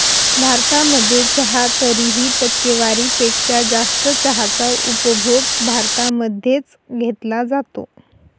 भारतामध्ये चहा तरीही, टक्केवारी पेक्षा जास्त चहाचा उपभोग भारतामध्ये च घेतला जातो